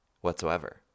whatsoever